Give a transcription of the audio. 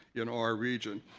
in our rejoin.